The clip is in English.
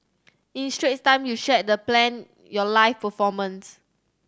in Straits Time you shared the planned your live performance